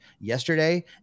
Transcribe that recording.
yesterday